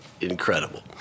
incredible